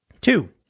Two